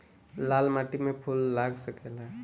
लाल माटी में फूल लाग सकेला?